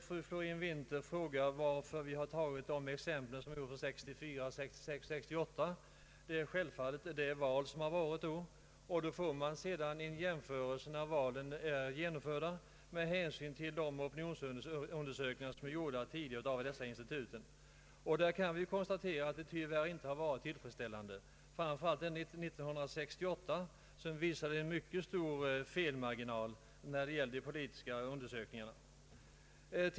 Fru Florén-Winther frågar varför vi tagit upp exempel från 1964, 1966 och 1968. Exemplen gäller självfallet de val som ägde rum dessa år. Sedan valen var genomförda gjorde man en jämförelse med de opinionsundersökningar som tidigare utförts av dessa institut. Då kunde man konstatera att undersökningarna tyvärr inte varit tillfredsställande. Framför allt 1968 var det en mycket stor felmarginal beträffande de politiska undersökningarna.